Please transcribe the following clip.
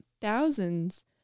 thousands